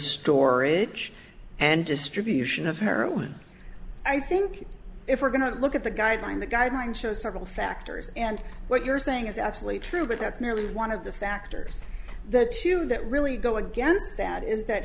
storage and distribution of her own i think if we're going to look at the guideline the guidelines show several factors and what you're saying is absolutely true but that's merely one of the factors that shoe that really go against that is that